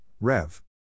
Rev